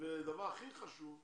הדבר הכי חשוב,